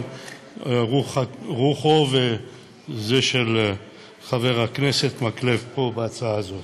אבל רוחו וזו של חבר הכנסת מקלב בהצעה הזאת.